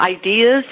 ideas